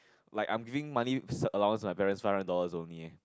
like I'm giving money s~ allowance my parents three hundred dollars only eh